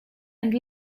and